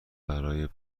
برای